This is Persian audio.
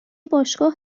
باشگاه